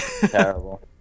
Terrible